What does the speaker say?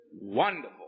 wonderful